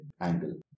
angle